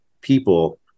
people